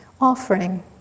offering